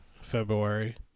February